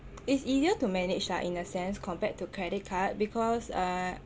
it's easier to manage lah in a sense compared to credit card because uh